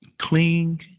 cling